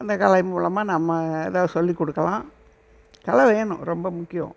அந்த கலை மூலமாக நம்ம ஏதா சொல்லிக் கொடுக்கலாம் கலை வேணும் ரொம்ப முக்கியம்